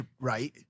right